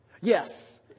Yes